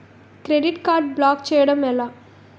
Credit card block చేయడం ఎలా?